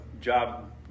job